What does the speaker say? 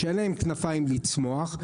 שאין להם כנפיים לצמוח.